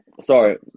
sorry